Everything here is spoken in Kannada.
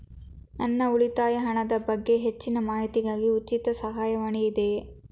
ನನ್ನ ಉಳಿತಾಯ ಹಣದ ಬಗ್ಗೆ ಹೆಚ್ಚಿನ ಮಾಹಿತಿಗಾಗಿ ಉಚಿತ ಸಹಾಯವಾಣಿ ಇದೆಯೇ?